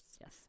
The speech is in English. Yes